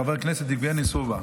חבר הכנסת יבגני סובה,